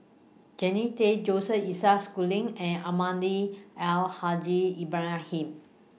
Jannie Tay Joseph Isaac Schooling and Almahdi Al Haj Ibrahim